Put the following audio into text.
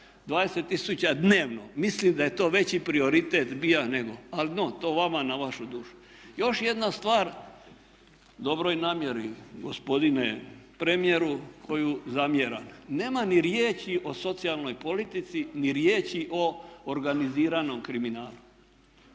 20 000 dnevno. Mislim da je to veći prioritet bio nego, ali no, to vama na vašu dušu. Još jedna stvar u dobroj namjeri gospodine premijeru koju zamjeram. Nema ni riječi o socijalnoj politici, ni riječi o organiziranom kriminalu,